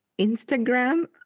Instagram